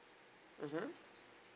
mmhmm